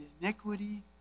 iniquity